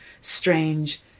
strange